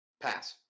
Pass